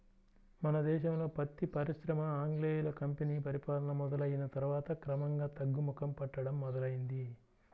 మన దేశంలో పత్తి పరిశ్రమ ఆంగ్లేయుల కంపెనీ పరిపాలన మొదలయ్యిన తర్వాత క్రమంగా తగ్గుముఖం పట్టడం మొదలైంది